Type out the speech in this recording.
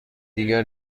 دیگر